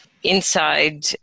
inside